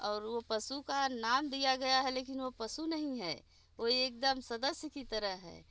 और वो पशु का नाम दिया गया है लेकिन वो पशु नहीं है वो एक दम सदस्य की तरह है